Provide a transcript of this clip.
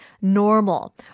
normal